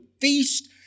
feast